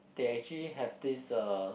they actually have this uh